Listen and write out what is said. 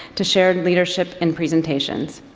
to shared leadership in presentations.